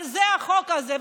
על זה החוק הזה.